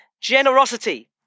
generosity